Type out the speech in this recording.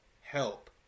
help